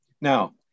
Now